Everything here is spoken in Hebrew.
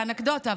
זו אנקדוטה,